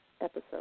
episode